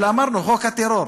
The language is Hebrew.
אלא אמרנו: חוק הטרור.